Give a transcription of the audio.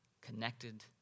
connected